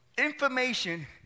Information